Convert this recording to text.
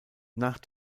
nach